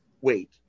wait